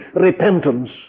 repentance